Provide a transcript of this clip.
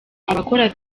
abakora